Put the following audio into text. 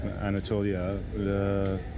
Anatolia